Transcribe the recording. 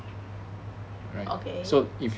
okay